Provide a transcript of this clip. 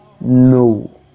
No